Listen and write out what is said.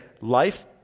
life